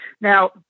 Now